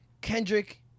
Kendrick